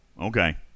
Okay